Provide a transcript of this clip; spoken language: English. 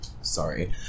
Sorry